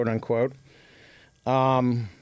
quote-unquote